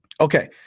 Okay